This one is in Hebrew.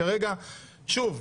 כרגע, שוב,